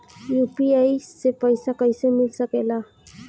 UPI से पइसा कईसे मिल सके ला?